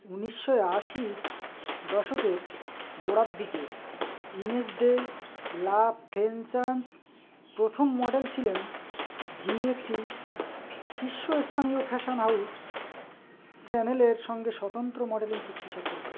উনিশশো আশির দশকের গোড়ার দিকে ইনেস দে লা ফ্রেন্চান্স প্রথম মডেল ছিলেন যিনি একটি শীর্ষ স্থানীয় ফ্যাশান হাউস স্যানেলের সঙ্গে স্বতন্ত্র মডেলং চুক্তিশাককর করেেন